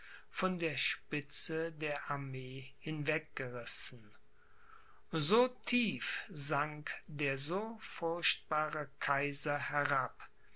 von der spitze der armee hinweggerissen so tief sank der so furchtbare kaiser herab